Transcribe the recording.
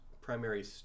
primary